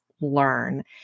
learn